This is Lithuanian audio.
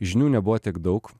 žinių nebuvo tiek daug